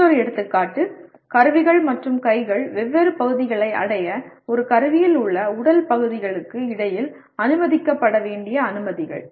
மற்றொரு எடுத்துக்காட்டு கருவிகள் மற்றும் கைகள் வெவ்வேறு பகுதிகளை அடைய ஒரு கருவியில் உள்ள உடல் பகுதிகளுக்கு இடையில் அனுமதிக்கப்பட வேண்டிய அனுமதிகள்